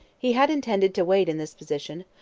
he had intended to wait in this position,